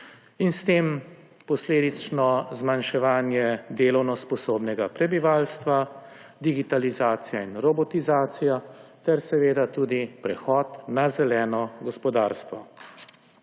in s tem posledično tudi zmanjševanje delovno sposobnega prebivalstva, digitalizacija in robotizacija ter seveda prehod na zeleno gospodarstvo.